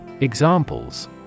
Examples